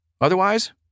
Otherwise